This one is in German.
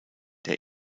der